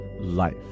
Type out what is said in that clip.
life